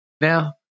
now